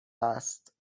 است